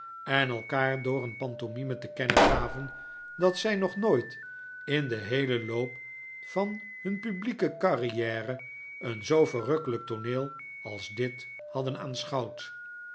en elkaar door een pantomime te kennen gaven dat zij nog nooit in den heelen loop van hun publieke carriere een zoo verrukkelijk tooneel als dit hadden